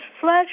flesh